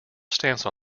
stance